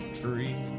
tree